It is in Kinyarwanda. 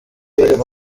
barimo